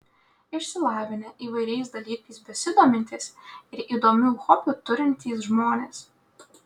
išsilavinę įvairiais dalykais besidomintys ir įdomių hobių turintys žmonės